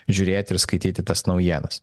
žiūrėti ir skaityti tas naujienas